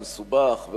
הוא מסובך,